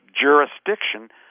jurisdiction